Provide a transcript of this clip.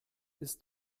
ist